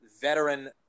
veteran